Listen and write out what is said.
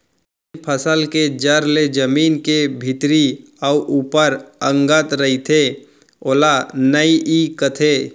जेन फसल के जर ले जमीन के भीतरी अउ ऊपर अंगत रइथे ओला नइई कथें